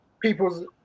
people's